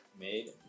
made